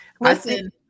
listen